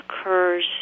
occurs